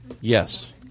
yes